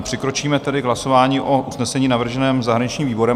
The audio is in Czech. Přikročíme tedy k hlasování o usnesení navrženém zahraničním výborem.